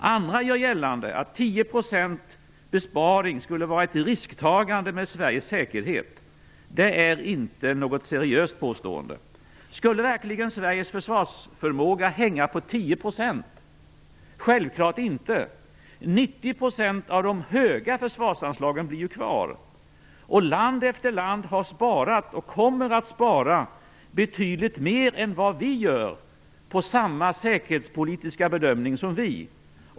Andra gör gällande att en besparing på 10 % skulle vara ett risktagande med Sveriges säkerhet. Det är inte något seriöst påstående. Skulle verkligen Sveriges försvarsförmåga hänga på 10 %? Självklart inte! 90 % av de höga försvarsanslagen blir ju kvar. Land efter land har sparat och kommer att spara betydligt mer än vad vi gör utifrån samma säkerhetspolitiska bedömning som vår.